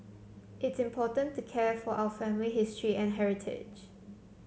it's important to care for our family history and heritage